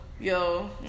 Yo